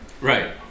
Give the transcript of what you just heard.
Right